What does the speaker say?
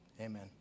Amen